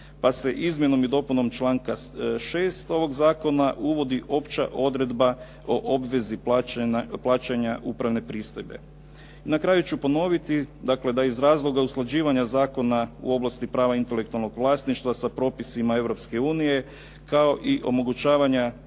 Pa se izmjenom i dopunom članka 6. ovog zakona uvodi opća odredba o obvezi plaćanja upravne pristojbe. I na kraju ću ponoviti, dakle da iz razloga usklađivanja zakona u oblasti prava intelektualnog vlasništva sa propisima Europske unije kao i omogućavanja